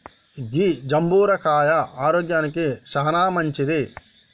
గీ జంబుర కాయ ఆరోగ్యానికి చానా మంచింది